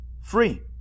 free